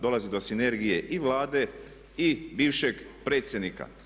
Dolazi do sinergije i Vlade i bivšeg predsjednika.